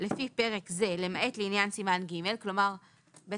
לפי פרק זה למעט לעניין סימן ג' --- כלומר בעצם